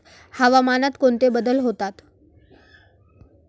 हवामानात कोणते बदल होतात?